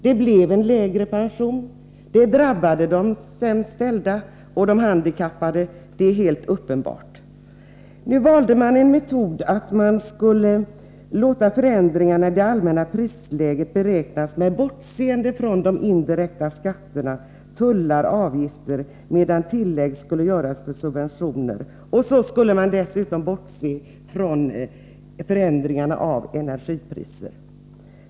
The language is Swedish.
Det blev emellertid en lägre pension. Det drabbade de sämst ställda och de handikappade — det är helt uppenbart. Man valde en metod som innebar att man skulle beräkna förändringarna i det allmänna prisläget med bortseende från indirekta skatter, tullar och avgifter. Tillägg skulle dock göras för subventioner. Dessutom skulle man bortse från förändringarna av energipriserna.